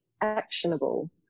actionable